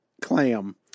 clam